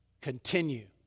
continue